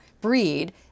breed